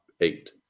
eight